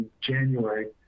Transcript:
January